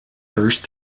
first